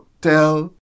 tell